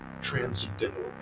transcendental